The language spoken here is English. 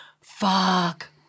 fuck